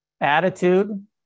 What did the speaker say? attitude